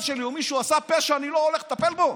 שלי או מישהו עשה פשע אני לא הולך לטפל בו?